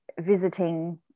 visiting